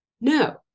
No